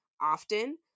often